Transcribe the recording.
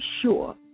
sure